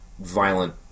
violent